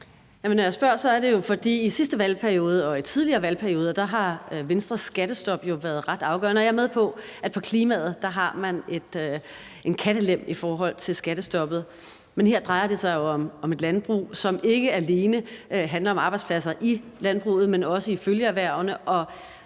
og i tidligere valgperioder har været ret afgørende. Jeg er med på, at man på klimaet har en kattelem i forhold til skattestoppet. Men her drejer det sig jo om et landbrug, hvor det ikke alene handler om arbejdspladser i landbruget, men også i følgeerhvervene,